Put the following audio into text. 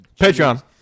Patreon